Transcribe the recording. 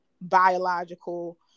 biological